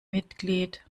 mitglied